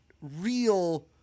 real